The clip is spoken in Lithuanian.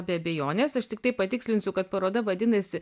be abejonės aš tiktai patikslinsiu kad paroda vadinasi